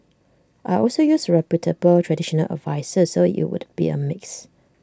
I'd also use A reputable traditional adviser so IT would be A mix